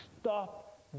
Stop